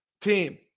Team